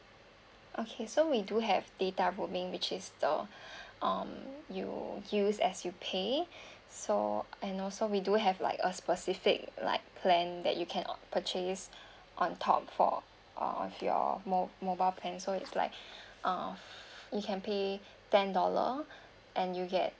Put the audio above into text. okay so we do have data roaming which is the um you use as you pay so and also we do have like a specific like plan that you can opt purchase on top for uh of your mo~ mobile plan so it's like uh you can pay ten dollar and you get